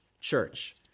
church